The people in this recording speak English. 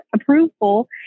approval